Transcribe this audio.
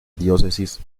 diócesis